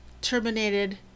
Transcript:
terminated